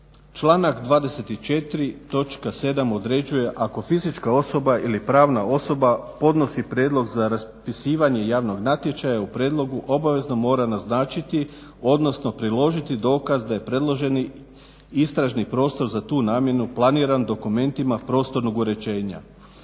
Članak 24. točka 7. određuje ako fizička osoba ili pravna osoba podnosi prijedlog za raspisivanje javnog natječaja u prijedlogu obavezno mora naznačiti odnosno priložiti dokaz da je predloženi istražni prostor za tu namjenu planirat dokumentima prostornog uređenja.